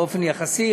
באופן יחסי,